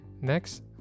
next